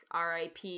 RIP